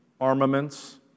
armaments